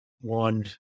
One